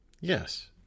Yes